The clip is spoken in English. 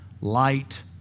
light